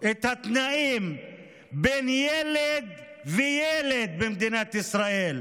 את התנאים בין ילד לילד במדינת ישראל,